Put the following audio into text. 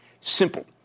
Simple